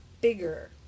bigger